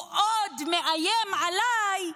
הוא עוד מאיים עליי: